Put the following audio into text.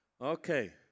Okay